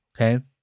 okay